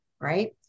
right